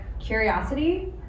curiosity